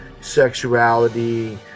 sexuality